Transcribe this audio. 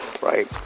right